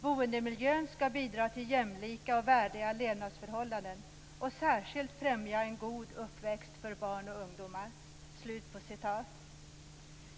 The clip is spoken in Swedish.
Boendemiljön skall bidra till jämlika och värdiga levnadsförhållanden och särskilt främja en god uppväxt för barn och ungdomar."